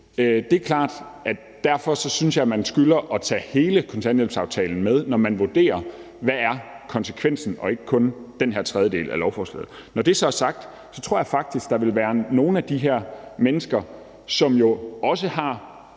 Det er klart, at jeg synes, man skylder at tage hele kontanthjælpsaftalen med, når man vurderer, hvad konsekvensen er, og ikke kun den tredjedel, som det her lovforslag udgør. Når det så er sagt, tror jeg faktisk, der vil være nogle af de her mennesker – det oplevede